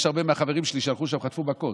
יש הרבה מהחברים שלי שהלכו לשם, חטפו מכות.